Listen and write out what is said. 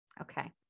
Okay